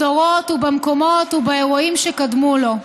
בדורות ובמקומות ובאירועים שקדמו לו.